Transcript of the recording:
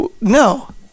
no